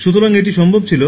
সুতরাং এটি সম্ভব ছিল